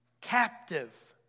captive